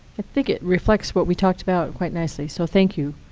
think it reflects what we talked about quite nicely. so thank you,